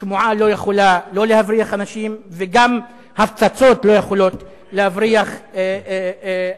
שמועה לא יכולה להבריח אנשים וגם הפצצות לא יכולות להבריח אנשים.